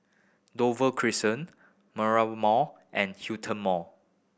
Dover Crescent Mall and Hillion Mall